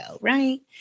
right